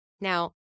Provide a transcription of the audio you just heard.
Now